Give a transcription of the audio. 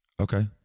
Okay